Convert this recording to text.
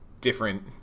different